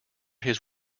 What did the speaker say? his